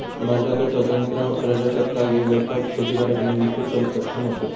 भारताचो स्वतंत्र प्रजासत्ताक एक व्यापक शेती कार्यक्रम विकसित करुक सक्षम होतो